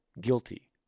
guilty